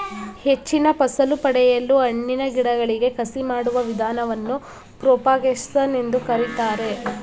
ಹೆಚ್ಚಿನ ಫಸಲು ಪಡೆಯಲು ಹಣ್ಣಿನ ಗಿಡಗಳಿಗೆ ಕಸಿ ಮಾಡುವ ವಿಧಾನವನ್ನು ಪ್ರೋಪಾಗೇಶನ್ ಎಂದು ಕರಿತಾರೆ